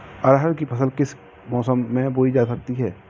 अरहर की फसल किस किस मौसम में बोई जा सकती है?